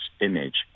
image